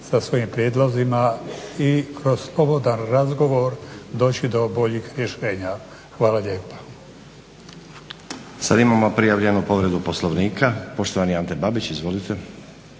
sa svojim prijedlozima i kroz slobodan razgovor doći do boljih rješenja. Hvala lijepa. **Stazić, Nenad (SDP)** Sad imamo prijavljenu povredu Poslovnika. Poštovani Ante Babić, izvolite.